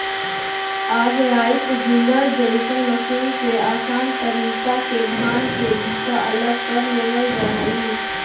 आज rice huller जइसन machine से आसान तरीका से धान के भूसा अलग कर लेवल जा हई